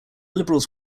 liberals